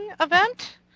event